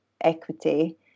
equity